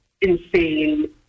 insane